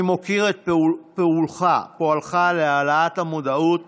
אני מוקיר את פועלך להעלאת המודעות